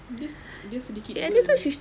dia dia sedikit world